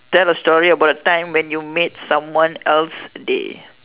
tell a story about a time when you made someone else's day